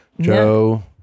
Joe